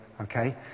okay